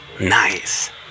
Nice